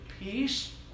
peace